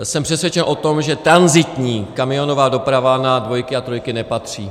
Jsem přesvědčen o tom, že tranzitní kamionová doprava na dvojky a trojky nepatří.